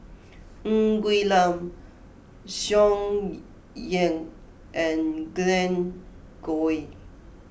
Ng Quee Lam Tsung Yeh and Glen Goei